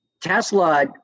Tesla